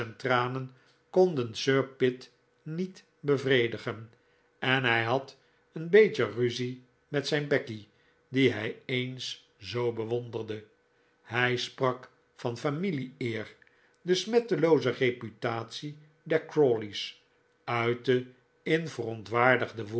konden sir pitt niet bevredigen en hij had een beetje ruzie met zijn becky die hij eens zoo bewonderde hij sprak van familie eer de smettelooze reputatie der crawley's uitte in verontwaardigde